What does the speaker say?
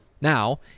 Now